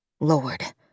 Lord